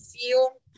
feel